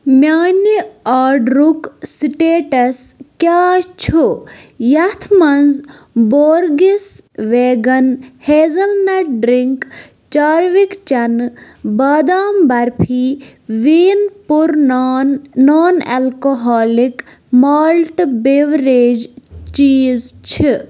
میٛانہِ آرڈرُک سِٹیٹَس کیٛاہ چھُ یَتھ منٛز بورگِس ویگَن ہیزٕل نٹ ڈرٛنٛک چاروِک چنہٕ بادام برفی ویٖن پُر non non alcoholic malt beverage چیٖز چھِ